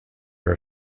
were